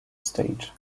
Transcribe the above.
stage